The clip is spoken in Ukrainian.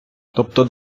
тобто